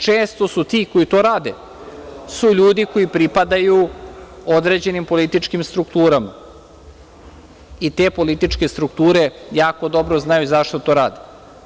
Često su ti koji to rade ljudi koji pripadaju određenim političkim strukturama i te političke strukture jako dobro znaju zašto to rade.